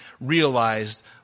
realized